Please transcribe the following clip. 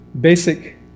basic